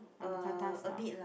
uh Mookata style